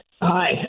Hi